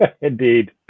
Indeed